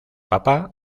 papá